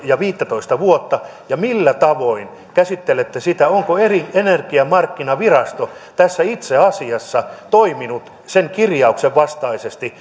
ja viittätoista vuotta ja millä tavoin käsittelette sitä onko energiamarkkinavirasto tässä itse asiassa toiminut sen kirjauksen vastaisesti